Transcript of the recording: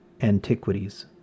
Antiquities